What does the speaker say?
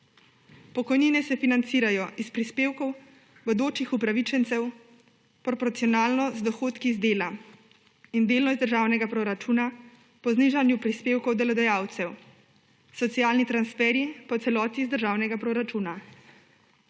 Pokojnine se financirajo iz prispevkov bodočih upravičencev proporcionalno z dohodki iz dela in delno iz državnega proračuna po znižanju prispevkov delodajalcev, socialni transferji pa v celoti iz državnega proračuna.